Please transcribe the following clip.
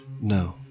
No